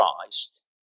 Christ